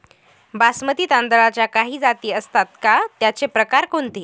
बासमती तांदळाच्या काही जाती असतात का, त्याचे प्रकार कोणते?